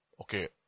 Okay